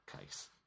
case